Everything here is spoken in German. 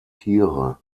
tiere